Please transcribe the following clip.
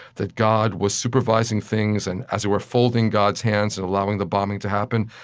that god was supervising things and, as it were, folding god's hands and allowing the bombing to happen.